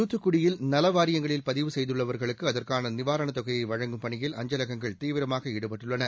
தூத்துக்குடியில் நலவாரியங்களில் பதிவு செய்துள்ளவா்களுக்கு அதற்கான நிவாரண தொகையை வழங்கும் பணியில் அஞ்சலகங்கள் தீவிரமாக ஈடுபட்டுள்ளன